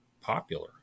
popular